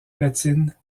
latine